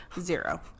Zero